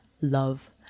love